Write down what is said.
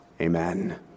Amen